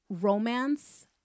romance